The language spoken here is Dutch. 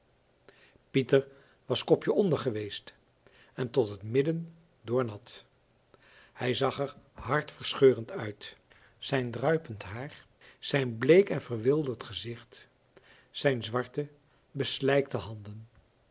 pieter was kopje-onder geweest en tot het midden doornat hij zag er hartverscheurend uit zijn druipend haar zijn bleek en verwilderd gezicht zijn zwarte beslijkte handen